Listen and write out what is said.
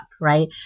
right